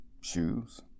shoes